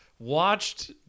Watched